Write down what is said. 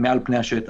מעל פני השטח.